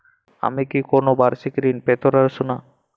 আমি কি কোন বাষিক ঋন পেতরাশুনা?